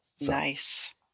Nice